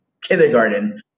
kindergarten